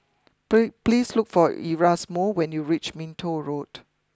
Poly please look for Erasmo when you reach Minto Road